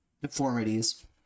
deformities